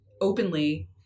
openly